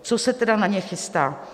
Co se tedy na ně chystá?